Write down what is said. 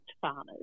farmers